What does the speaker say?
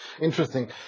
Interesting